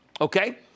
okay